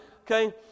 okay